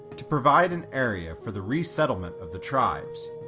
to provide an area for the resettlement of the tribes.